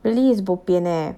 really is bo pian leh